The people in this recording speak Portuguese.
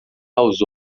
aos